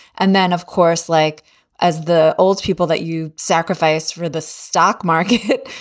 and then of course, like as the old people that you sacrifice for the stock market,